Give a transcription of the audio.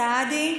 סעדי,